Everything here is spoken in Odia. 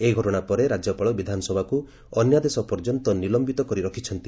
ଏହି ଘଟଣା ପରେ ରାଜ୍ୟପାଳ ବିଧାନସଭାକୁ ଅନ୍ୟାଦେଶ ପର୍ଯ୍ୟନ୍ତ ନିଲମ୍ବିତ କରି ରଖିଛନ୍ତି